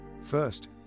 First